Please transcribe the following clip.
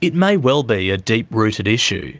it may well be a deep-rooted issue